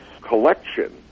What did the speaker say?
collection